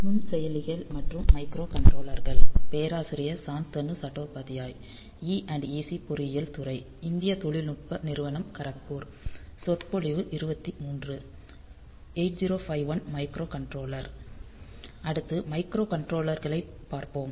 8051 microcontroller அடுத்து மைக்ரோகண்ட்ரோலர்களைப் பார்ப்போம்